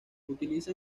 utiliza